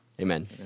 amen